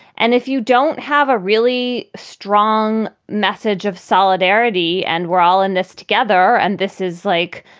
and if you don't have a really strong message of solidarity and we're all in this together and this is like,